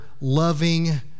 loving